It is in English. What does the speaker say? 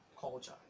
culture